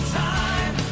time